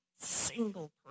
single